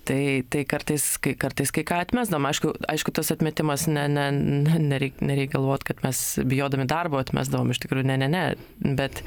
tai tai kartais kai kartais kai ką atmesdavom aišku aišku tas atmetimas ne ne ne nereik nereik galvot kad mes bijodami darbo atmesdavom iš tikrųjų ne ne ne bet